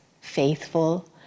faithful